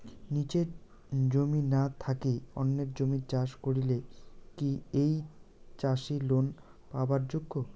নিজের জমি না থাকি অন্যের জমিত চাষ করিলে কি ঐ চাষী লোন পাবার যোগ্য?